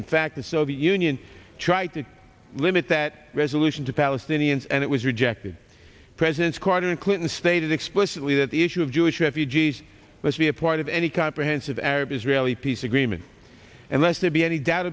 in fact the soviet union try to limit that resolution to palestinians and it was rejected president carter and clinton stated explicitly that the issue of jewish refugees must be a part of any comprehensive arab israeli peace agreement unless there be any doubt